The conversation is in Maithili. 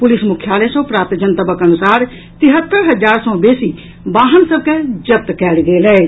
पुलिस मुख्यालय सँ प्राप्त जनतबक अनुसार तिहत्तर हजार सँ बेसी वाहन सभ के जब्त कयल गेल अछि